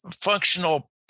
functional